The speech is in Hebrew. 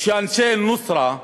שאנשי "ג'בהת א-נוסרה",